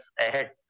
ahead